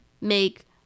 make